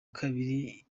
kabiri